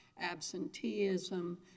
absenteeism